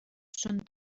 són